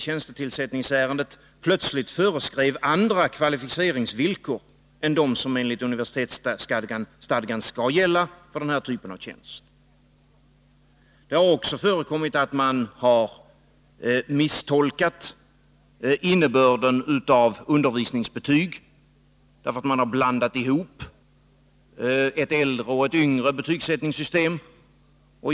Plötsligt föreskrevs andra kvalificeringsvillkor än de som enligt universitetsstadgan skall gälla för den aktuella typen av tjänst. Det har också förekommit att man har misstolkat innebörden av undervisningsbetyg. Man har nämligen blandat ihop ett äldre och ett yngre betygsättningssystem.